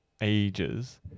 ages